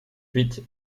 huit